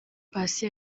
paccy